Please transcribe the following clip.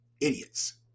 Idiots